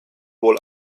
wohl